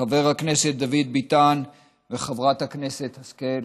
חבר הכנסת דוד ביטן וחברת הכנסת השכל,